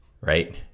right